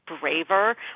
braver